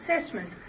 assessment